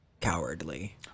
cowardly